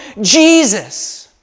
Jesus